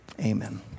amen